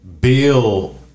Bill